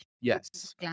Yes